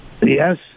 Yes